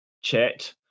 chat